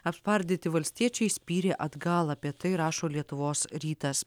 apspardyti valstiečiai spyrė atgal apie tai rašo lietuvos rytas